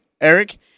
Eric